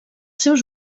seus